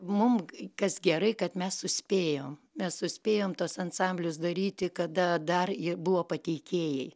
mum kas gerai kad mes suspėjom mes suspėjom tuos ansamblius daryti kada dar buvo pateikėjai